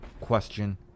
question